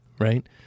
right